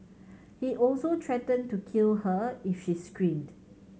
he also threatened to kill her if she screamed